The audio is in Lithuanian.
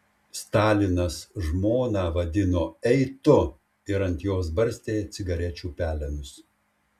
stalinas žmoną vadino ei tu ir ant jos barstė cigarečių pelenus